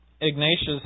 Ignatius